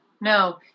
No